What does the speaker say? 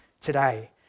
today